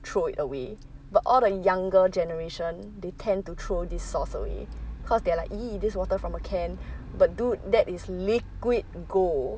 throw it away but all the younger generation they tend to throw this sauce away cause they are like !ee! this water from a can but dude that is liquid gold